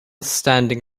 standing